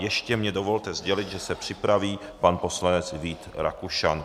A ještě mně dovolte sdělit, že se připraví pan poslanec Vít Rakušan.